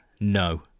no